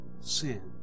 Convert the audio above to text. sin